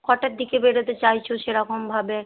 কটার দিকে বেরতে চাইছ সেরকমভাবে